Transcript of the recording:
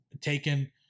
taken